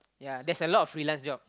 ya there's a lot of freelance job